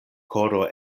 koro